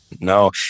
No